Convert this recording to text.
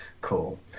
Cool